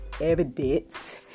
evidence